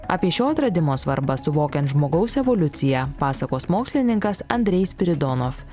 apie šio atradimo svarbą suvokiant žmogaus evoliuciją pasakos mokslininkas andrej spiridonov